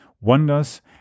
wonders